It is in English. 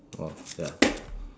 oh ya